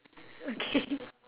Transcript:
okay